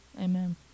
Amen